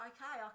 Okay